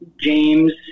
James